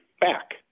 back